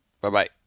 Bye-bye